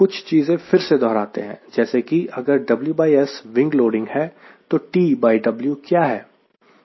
कुछ चीजें फिर से दोहराते हैं जैसे कि अगर WS विंग लोडिंग है तो TW क्या है